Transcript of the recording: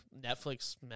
Netflix